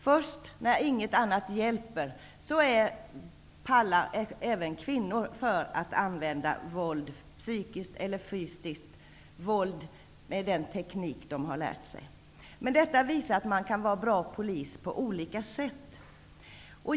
Först när inget annat hjälper tenderar även kvinnor att använda -- psykiskt eller fysiskt -- våld med den teknik de har lärt sig. Detta visar att man kan vara bra polis på olika sätt.